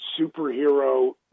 superhero